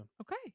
Okay